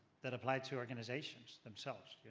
that apply to organizations themselves.